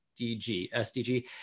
SDG